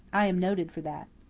i am noted for that.